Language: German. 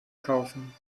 kaufen